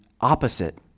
opposite